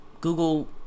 google